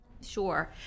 Sure